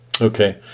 Okay